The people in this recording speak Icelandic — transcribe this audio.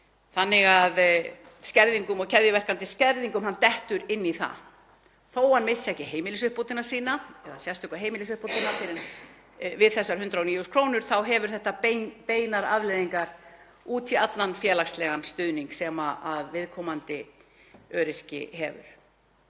aðstoð. Skerðingar og keðjuverkandi skerðingar — hann dettur inn í það. Þó að hann missi ekki heimilisuppbótina sína eða sérstöku heimilisuppbótina fyrr en við þessar 109.000 kr. hefur þetta beinar afleiðingar út í allan félagslegan stuðning sem viðkomandi öryrki hefur.